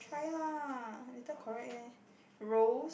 try lah later correct leh rose